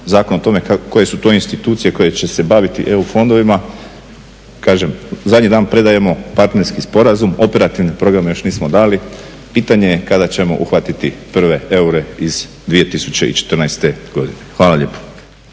zakon o tome koje su to institucije koje će se baviti EU fondovima. Kažem, zadnji dan predajemo partnerski sporazum, operativne programe još nismo dali. Pitanje je kada ćemo uhvatiti prve eure iz 2014. godine. Hvala lijepo.